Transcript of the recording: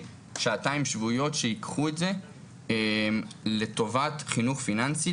שעתיים שבועיות שייקחו את זה לטובת חינוך פיננסי,